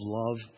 love